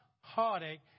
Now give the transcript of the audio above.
heartache